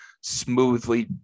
smoothly